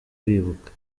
bibuka